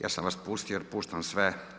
Ja sam vas pustio jer puštam sve.